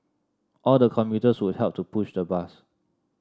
all the commuters would help to push the bus